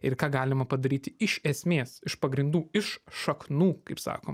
ir ką galima padaryti iš esmės iš pagrindų iš šaknų kaip sakom